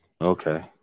Okay